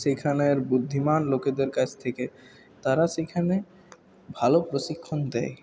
সেইখানের বুদ্ধিমান লোকেদের কাছ থেকে তারা সেইখানে ভালো প্রশিক্ষণ দেয়